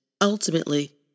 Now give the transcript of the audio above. Ultimately